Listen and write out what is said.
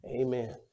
amen